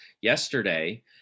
yesterday